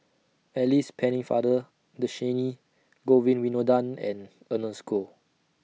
Alice Pennefather Dhershini Govin Winodan and Ernest Goh